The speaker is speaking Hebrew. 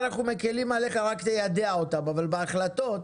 אנחנו מקלים עליך ורק תיידע אותם אבל בהחלטות.